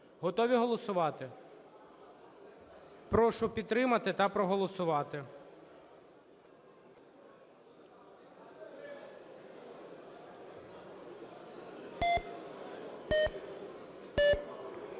Готові голосувати? Прошу підтримати та проголосувати.